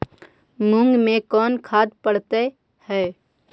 मुंग मे कोन खाद पड़तै है?